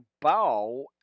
bow